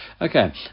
Okay